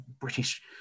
british